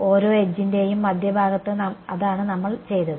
ഓരോ എഡ്ജിന്റെയും മധ്യഭാഗത്ത് അതാണ് നമ്മൾ ചെയ്തത്